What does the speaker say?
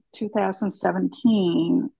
2017